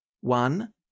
One